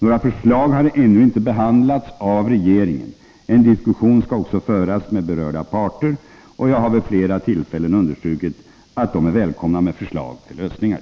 Några förslag har ännu inte behandlats av regeringen. En diskussion skall också föras med de berörda parterna, och jag har vid flera tillfällen understrukit att de är välkomna med förslag till lösningar.